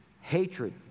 hatred